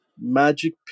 magic